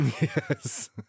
Yes